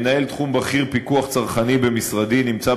מנהל תחום בכיר פיקוח צרכני במשרדי נמצא